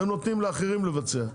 אתם נותנים לאחרים לבצע.